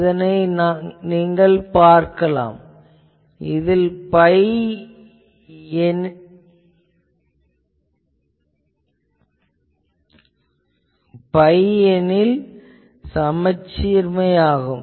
இதனை நீங்கள் இங்கு பார்க்கலாம் இது பை எனில் இது சமச்சீர்மை ஆகும்